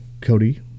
Cody